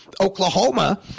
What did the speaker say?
Oklahoma